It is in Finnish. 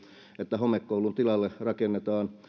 että homekoulun tilalle rakennetaan